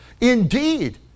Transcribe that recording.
Indeed